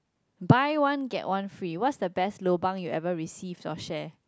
buy one get one free what's the best lobang you ever received or share